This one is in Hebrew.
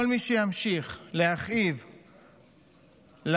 כל מי שימשיך להכאיב לנו,